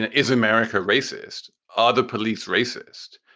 and is america racist? are the police racist?